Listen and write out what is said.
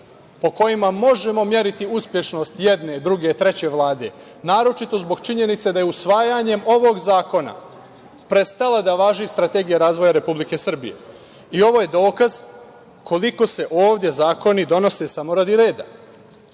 po kojima može meriti uspešnost jedne, druge, treće vlade, naročito zbog činjenice da je usvajanjem ovog zakona prestala da važi Strategija razvoja Republike Srbije. Ovo je dokaz koliko se ovde zakoni donose samo radi reda. Neću